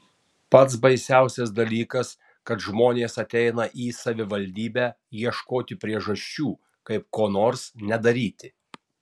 pats baisiausias dalykas kad žmonės ateina į savivaldybę ieškoti priežasčių kaip ko nors nedaryti